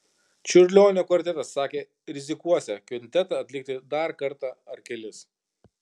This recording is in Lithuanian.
čiurlionio kvartetas sakė rizikuosią kvintetą atlikti dar kartą ar kelis